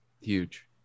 Huge